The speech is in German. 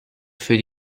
für